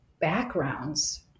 backgrounds